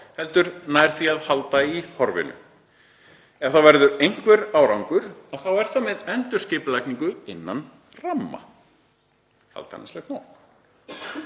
heldur nær því að halda í horfinu. Ef það verður einhver árangur er það með endurskipulagningu innan ramma. Kaldhæðnislegt.